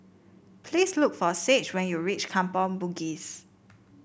please look for Sage when you reach Kampong Bugis